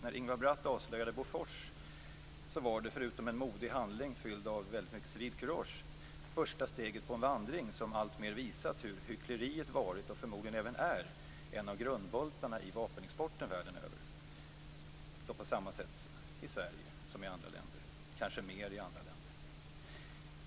När Ingvar Bratt avslöjade Bofors var det, förutom att vara en modig handling fylld av väldigt mycket civilkurage, första steget på en vandring som alltmer visat hur hyckleriet varit, och förmodligen även är, en av grundbultarna i vapenexporten världen över. Så är det i Sverige på samma sätt som i andra länder - kanske mer i andra länder.